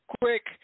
quick